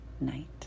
night